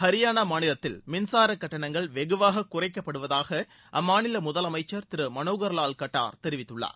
ஹரியானா மாநிலத்தில் மின்சார கட்டணங்கள் வெகுவாக குறைக்கப்படுவதாக அம்மாநில முதலமைச்சர் திரு மனோகர் லால் கட்டார் அறிவித்துள்ளார்